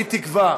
אני תקווה